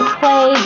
play